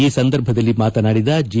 ಈ ಸಂದರ್ಭದಲ್ಲಿ ಮಾತನಾಡಿದ ಜಿ